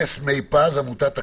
נס מי-פז מעמותת הקשב"ה,